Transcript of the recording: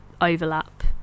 overlap